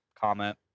comment